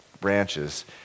branches